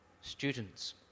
Students